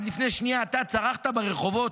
עד לפני שנייה אתה צרחת ברחובות: